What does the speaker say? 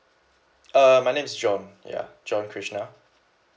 uh my name is john ya john krishna